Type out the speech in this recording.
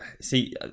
see